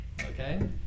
Okay